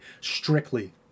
strictly